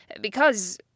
because